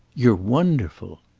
you're wonderful!